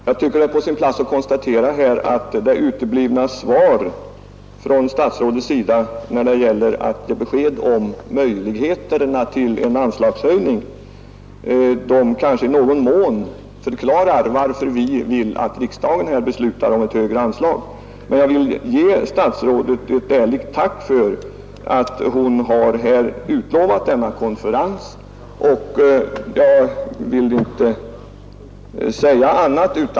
Herr talman! Jag tycker att det är på sin plats att här konstatera att det uteblivna svaret från statsrådet fru Odhnoff när det gäller att ge besked om möjligheterna till en anslagshöjning kanske i någon mån förklarar varför vi reservanter vill att riksdagen här beslutar om ett högre anslag. Men jag vill ge statsrådet ett ärligt tack för att hon här har utlovat en konferens i ämnet.